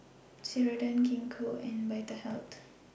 Ceradan Gingko and Vitahealth